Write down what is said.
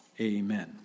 Amen